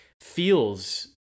feels